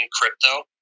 crypto